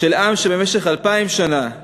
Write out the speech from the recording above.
של עם שבמשך אלפיים שנה,